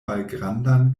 malgrandan